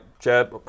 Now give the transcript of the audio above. Chad